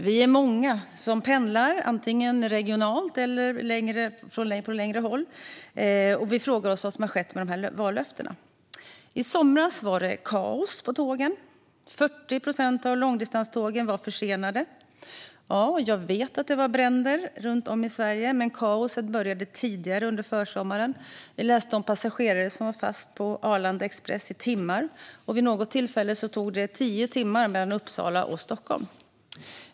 Vi är många som pendlar antingen regionalt eller på längre avstånd, och vi frågar oss vad som har skett med dessa vallöften. I somras var det kaos på tågen - 40 procent av långdistanstågen var försenade. Ja, jag vet att det var bränder runt om i Sverige, men kaoset började tidigare under försommaren. Vi läste om passagerare som satt fast på Arlanda Express i timmar, och vid något tillfälle tog det tio timmar mellan Uppsala och Stockholm.